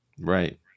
Right